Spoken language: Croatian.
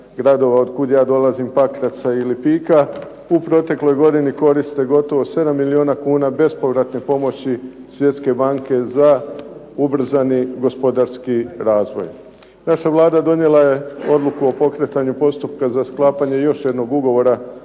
od kuda ja dolazim Pakraca i Lipika u protekloj godini koriste gotovo 7 milijuna kuna bespovratne pomoći Svjetske banke za ubrzani gospodarski razvoj. Naša Vlada donijela je odluku o pokretanju postupka za sklapanje još jednog ugovora